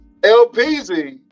LPZ